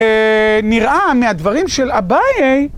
נראה מהדברים של אבאי.